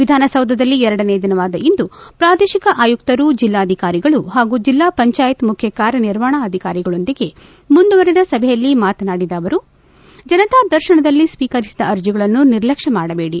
ವಿಧಾನಸೌಧದಲ್ಲಿ ಎರಡನೇ ದಿನವಾದ ಇಂದು ಪ್ರಾದೇಶಿಕ ಆಯುಕ್ತರು ಜೆಲ್ಲಾಧಿಕಾರಿಗಳು ಹಾಗೂ ಜೆಲ್ಲಾ ಪಂಚಾಯತ್ ಮುಖ್ಯ ಕಾರ್ಯನಿರ್ವಹಣಾಧಿಕಾರಿಗಳೊಂದಿಗೆ ಮುಂದುವರೆದ ಸಭೆಯಲ್ಲಿ ಮಾತನಾಡಿದ ಅವರು ಜನತಾ ದರ್ಶನದಲ್ಲಿ ಸ್ವೀಕರಿಸಿದ ಅರ್ಜಗಳನ್ನು ನಿರ್ಲಕ್ಷ್ಮ ಮಾಡಬೇಡಿ